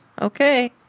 Okay